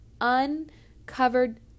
uncovered